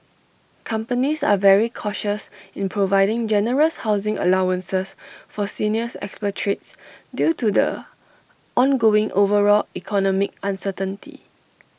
companies are very cautious in providing generous housing allowances for senior expatriates due to the ongoing overall economic uncertainty